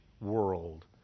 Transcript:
world